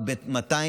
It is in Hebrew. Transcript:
בבקשה.